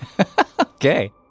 Okay